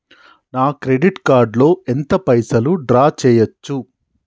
నా credit card లో ఎంత పైసల్ డ్రా చేయచ్చు?